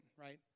right